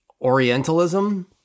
Orientalism